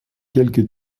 quelque